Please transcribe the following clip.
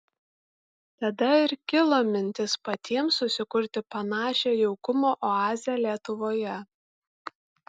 tada ir kilo mintis patiems susikurti panašią jaukumo oazę lietuvoje